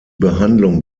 behandlung